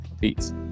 Peace